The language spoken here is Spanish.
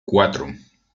cuatro